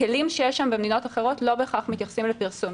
הכלים שיש במדינות אחרות לא בהכרח מתייחסים לפרסום.